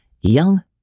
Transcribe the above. Young